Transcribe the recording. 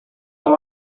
com